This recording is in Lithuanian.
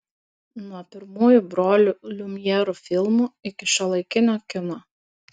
nuo pirmųjų brolių liumjerų filmų iki šiuolaikinio kino